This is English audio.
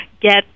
get